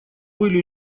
были